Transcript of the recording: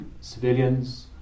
civilians